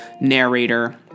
narrator